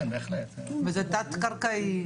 זה יהיה תת קרקעי,